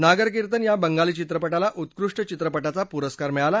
नागरकिर्तन या बंगाली चित्रपटाला उत्कृष्ट चित्रपटाचा पुरस्कार मिळाला